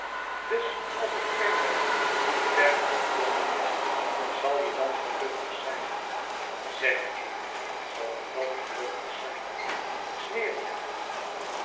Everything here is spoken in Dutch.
dus als ik ver weg ben ver uit londen weg zal je dan gelukkig zijn zeg eve zal je dan gelukkig zijn zweer je het me